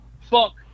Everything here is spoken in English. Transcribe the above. Fuck